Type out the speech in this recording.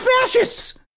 fascists